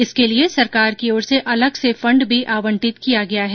इसके लिए सरकार की ओर से अलग से फण्ड भी आवंटित किया गया है